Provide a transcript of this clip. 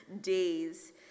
days